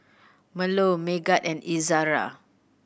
Melur Megat and Izara